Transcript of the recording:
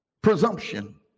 presumption